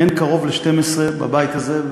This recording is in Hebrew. מהן קרוב ל-12 בבית הזה,